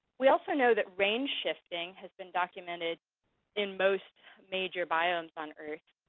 we also know that range shifting has been documented in most major biomes on earth.